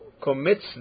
commits